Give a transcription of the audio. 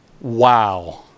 wow